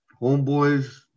homeboys